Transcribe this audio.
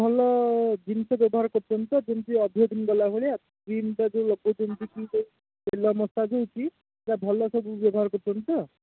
ଭଲ ଜିନିଷ ବ୍ୟବହାର କରୁଛନ୍ତି ତ ଯେମିତି ଅଧିକ ଦିନ ଗଲା ଭଳିଆ କ୍ରିମ୍ଟା ଯେଉଁ ଲଗାଉଛନ୍ତି ତେଲ ମସାଜ୍ ହେଉଛି ସେଇଟା ଭଲ ସବୁ ବ୍ୟବହାର କରୁଛନ୍ତି ତ